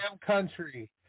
country